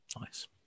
Nice